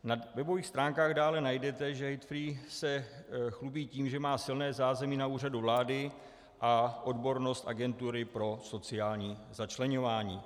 Na webových stránkách dále najdete, že HateFree se chlubí tím, že má silné zázemí na Úřadu vlády a odbornost agentury pro sociální začleňování.